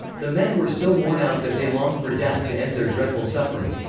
the men were so worn out that they longed for death to end their dreadful suffering.